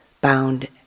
bound